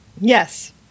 Yes